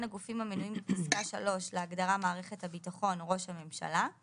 הגופים המנויים בפסקה (3) להגדרה "מערכת הביטחון" ראש הממשלה;